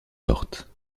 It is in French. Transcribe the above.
fortes